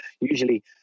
usually